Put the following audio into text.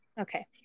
Okay